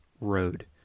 road